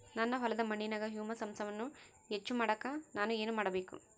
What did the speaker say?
ನನ್ನ ಹೊಲದ ಮಣ್ಣಿನಾಗ ಹ್ಯೂಮಸ್ ಅಂಶವನ್ನ ಹೆಚ್ಚು ಮಾಡಾಕ ನಾನು ಏನು ಮಾಡಬೇಕು?